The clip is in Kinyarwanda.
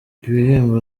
ibihembo